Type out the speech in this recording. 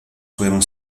fueron